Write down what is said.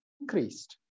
increased